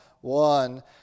one